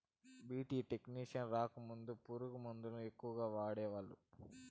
BT technology రాకముందు పురుగు మందుల ఎక్కువగా వాడేవాళ్ళం